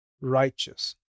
Righteous